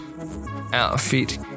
outfit